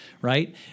right